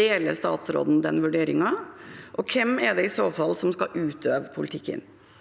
Deler statsråden den vurderingen, og hvem er det i så fall som skal utøve politikken?